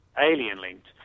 alien-linked